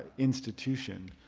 institution.